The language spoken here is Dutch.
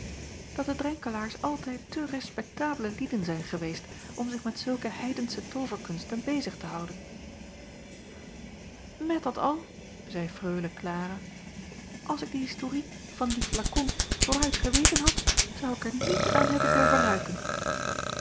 dat de renkelaers altijd te respektabele lieden zijn geweest om zich met zulke heidensche tooverkunsten bezig te houden et dat al zeî reule lara als ik de historie van dien flakon vooruit geweten had ik zou er niet aan hebben durven ruiken